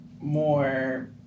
more